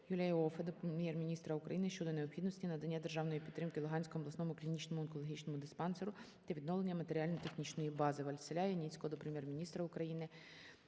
Юлія Іоффе до Прем'єр-міністра України щодо необхідності надання державної підтримки Луганському обласному клінічному онкологічному диспансеру для відновлення матеріально-технічної бази. ВасиляЯніцького до Прем'єр-міністра України,